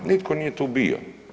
Nitko nije tu bio.